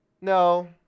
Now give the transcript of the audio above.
No